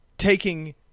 taking